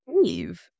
leave